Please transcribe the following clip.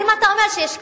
אם אתה אומר שיש קצת,